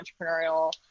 entrepreneurial